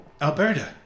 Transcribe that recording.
Alberta